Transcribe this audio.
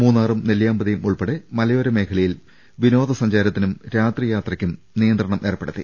മൂന്നാറും നെല്ലിയാമ്പതിയും ഉൾപ്പടെ മലയോര മേഖലയിൽ വിനോദ സഞ്ചാരത്തിനും രാത്രിയാത്രക്കും നിയന്ത്രണം ഏർപ്പെടുത്തി